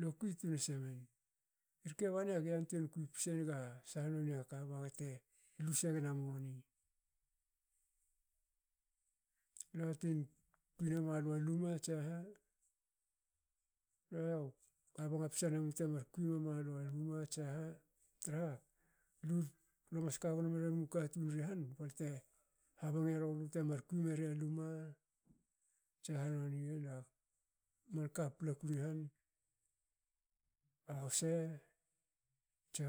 Lo kui tun nase men. Irke bani age yantuei kui psenaga saha noni aka baga te lu senaga moni. lo yatin kui nemalua luma tsaha lo habnga psa num temar kui malua lme tsaha traha lu mas ka gnomenmu katun ri han barte habnge rulu temar kui meria luma tsaha noni yen a manka paplaku ni han. a huse tsa